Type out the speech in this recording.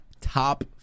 top